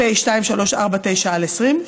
פ/2349/20,